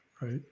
right